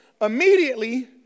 immediately